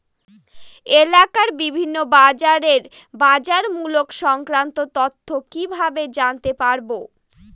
এলাকার বিভিন্ন বাজারের বাজারমূল্য সংক্রান্ত তথ্য কিভাবে জানতে পারব?